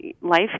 life